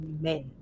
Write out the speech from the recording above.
men